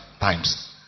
times